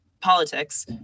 politics